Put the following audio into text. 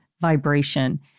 vibration